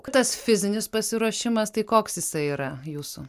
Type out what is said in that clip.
kai tas fizinis pasiruošimas tai koks jisai yra jūsų